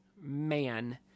man